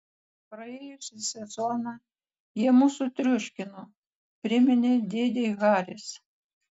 praėjusį sezoną jie mus sutriuškino priminė dėdei haris